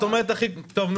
את אומרת הכי טוב,